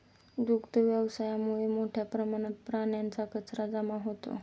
दुग्ध व्यवसायामुळे मोठ्या प्रमाणात प्राण्यांचा कचरा जमा होतो